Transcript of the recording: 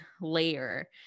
layer